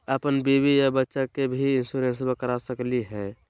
अपन बीबी आ बच्चा के भी इंसोरेंसबा करा सकली हय?